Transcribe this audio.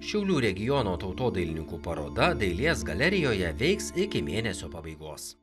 šiaulių regiono tautodailininkų paroda dailės galerijoje veiks iki mėnesio pabaigos